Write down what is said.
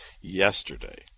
yesterday